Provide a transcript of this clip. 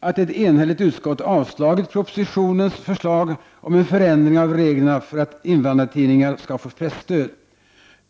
att ett enhälligt utskott avstyrkt propositionens förslag om förändring av reglerna för att invandrartidningar skall få presstöd.